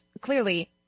clearly